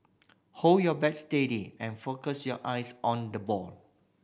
hold your bat steady and focus your eyes on the ball